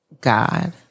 God